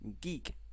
GEEK